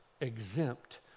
exempt